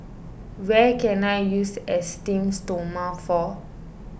where can I use Esteem Stoma for